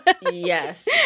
Yes